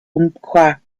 umpqua